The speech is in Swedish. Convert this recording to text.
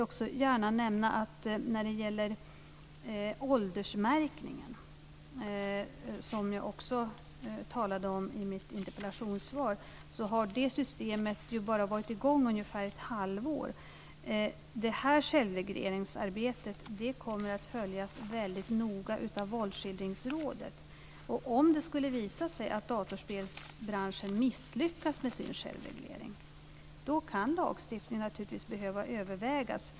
När det gäller åldersmärkningen, som jag också talade om i mitt interpellationssvar, vill jag gärna nämna att det systemet bara har varit i gång i ungefär ett halvår. Det här självregleringsarbetet kommer att följas väldigt noga av Våldsskildringsrådet. Om det skulle visa sig att dataspelsbranschen misslyckas med sin självreglering kan naturligtvis lagstiftning behöva övervägas.